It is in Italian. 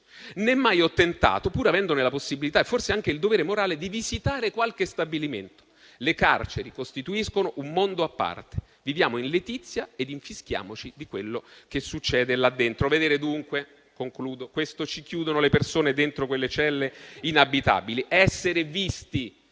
né mai ho tentato (pur avendone la possibilità e forse anche il dovere morale) di visitare qualche stabilimento. Le carceri costituiscono un mondo a parte, viviamo in letizia ed infischiamoci di quello che succede là dentro». Vedete, dunque, questo ci chiedono le persone dentro quelle celle inabitabili: essere visti,